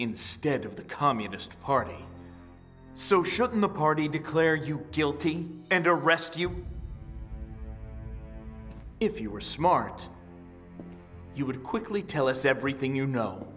instead of the communist party so shut the party declare you guilty and arrest you if you were smart you would quickly tell us everything you know